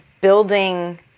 building